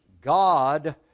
God